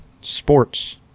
sports